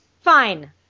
Fine